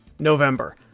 November